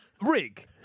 Rig